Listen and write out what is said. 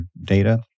data